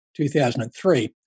2003